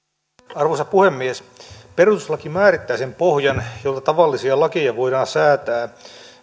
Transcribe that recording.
arvoisa puhemies perustuslaki määrittää sen pohjan jolla tavallisia lakeja voidaan säätää